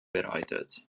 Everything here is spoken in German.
bereitet